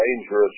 dangerous